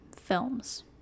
films